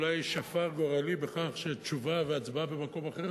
אולי שפר גורלי בכך שתשובה והצבעה במועד אחר,